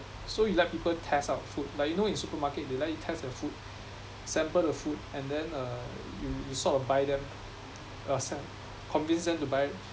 so you let people test out food like you know in supermarket they let you test the food sample the food and then uh you you sort of buy them uh sell convince them to buy